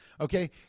Okay